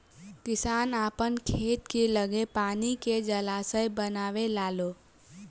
किसान आपन खेत के लगे पानी के जलाशय बनवे लालो